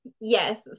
Yes